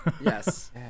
Yes